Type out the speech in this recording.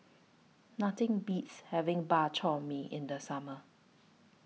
Nothing Beats having Bak Chor Mee in The Summer